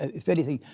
if anything,